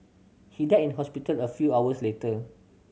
he died in hospital a few hours later